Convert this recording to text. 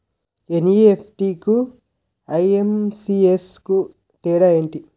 NEFT కు IMPS కు తేడా ఎంటి?